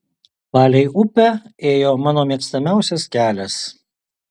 palei upę ėjo mano mėgstamiausias kelias